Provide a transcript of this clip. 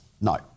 No